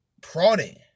prodding